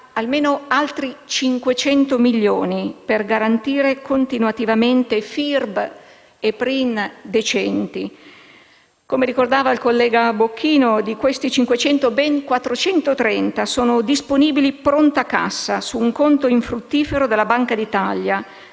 almeno altri 500 milioni di euro per garantire continuativamente FIRB e PRIN decenti. Come ricordava il collega Bocchino, di questi 500 ben 430 milioni di euro sono disponibili pronta cassa su un conto infruttifero della Banca d'Italia.